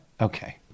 Okay